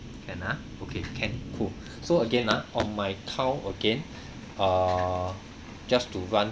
can ah okay can cool so again ah on my count again err just to run